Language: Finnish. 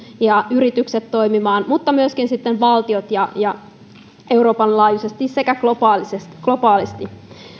ja yritykset toimimaan mutta myöskin valtiot euroopan laajuisesti sekä globaalisti globaalisti